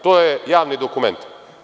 To je javni dokument.